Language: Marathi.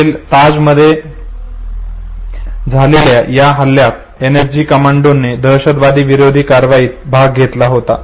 हॉटेल ताज मध्ये झालेल्या या हल्ल्यात एनएसजी कमांडोनी दहशतवादी विरोधी कारवाई भाग घेतला होता